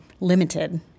limited